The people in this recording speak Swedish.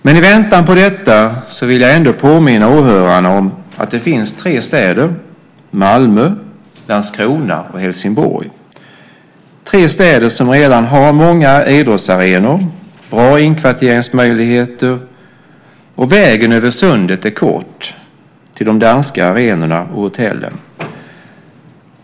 Men i väntan på detta vill jag ändå påminna åhörarna om att det finns tre städer - Malmö, Landskrona och Helsingborg - som redan har många idrottsarenor och bra inkvarteringsmöjligheter. Och vägen över sundet är kort till de danska arenorna och hotellen.